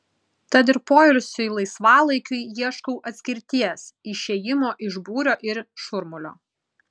tad ir poilsiui laisvalaikiui ieškau atskirties išėjimo iš būrio ir šurmulio